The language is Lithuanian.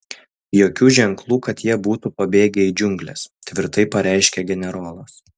jokių ženklų kad jie būtų pabėgę į džiungles tvirtai pareiškė generolas